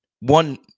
one